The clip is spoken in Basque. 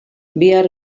bihar